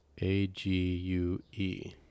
A-G-U-E